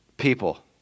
people